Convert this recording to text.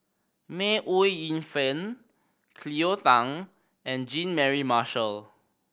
May Ooi Yu Fen Cleo Thang and Jean Mary Marshall